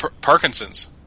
Parkinson's